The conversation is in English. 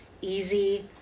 Easy